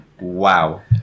Wow